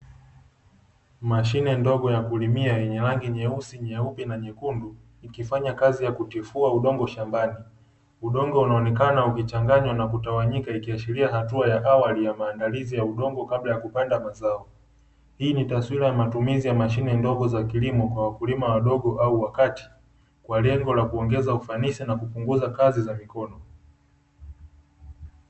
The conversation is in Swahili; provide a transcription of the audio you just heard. Mashine ndogo ya kulimia yenye rangi nyeusi, nyeupe, na nyekundu ikifanya kazi ya kutifua udongo shambani. Udongo unaonekana ukichanganywa na kutawanyika, ikiashiria hatua ya awali ya maandalizi ya udongo kabla ya kupanda mazao. Hii ni taswira ya matumizi ya mashine ndogo za kilimo kwa wakulima wadogo au wa kati kwa lengo la kuongeza ufanisi na kupunguza kazi za mikono.